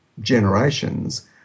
generations